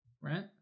right